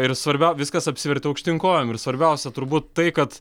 ir svarbiau viskas apsivertė aukštyn kojom ir svarbiausia turbūt tai kad